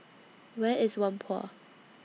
Where IS Whampoa